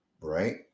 right